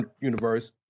universe